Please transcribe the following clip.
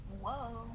Whoa